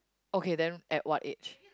okay then at what age